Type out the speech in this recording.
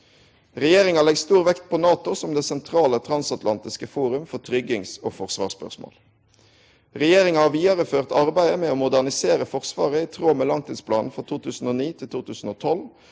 Regjeringa legg stor vekt på NATO som det sentrale transatlantiske forum for tryggings- og forsvarsspørsmål. Regjeringa har vidareført arbeidet med å modernisere Forsvaret i tråd med langtidsplanen for 2009–2012.